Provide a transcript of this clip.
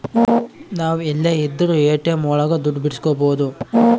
ನಾವ್ ಎಲ್ಲೆ ಇದ್ರೂ ಎ.ಟಿ.ಎಂ ಒಳಗ ದುಡ್ಡು ಬಿಡ್ಸ್ಕೊಬೋದು